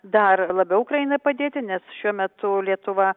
dar labiau ukrainai padėti nes šiuo metu lietuva